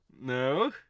No